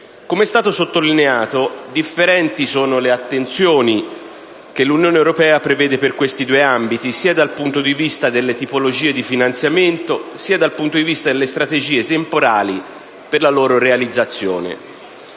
Com'è stato sottolineato, differenti sono le attenzioni che l'Unione europea prevede per questi due ambiti, sia dal punto di vista delle tipologie di finanziamento, sia dal punto di vista delle strategie temporali per la loro realizzazione.